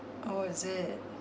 oh is it